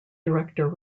director